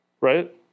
Right